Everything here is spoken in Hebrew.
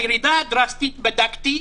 הירידה הדרסטית בדקתי,